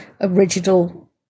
original